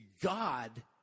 God